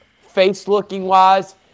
face-looking-wise